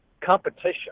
competition